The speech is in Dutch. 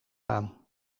aan